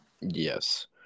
Yes